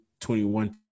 21